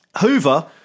Hoover